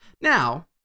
now